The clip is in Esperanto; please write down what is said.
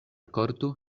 korto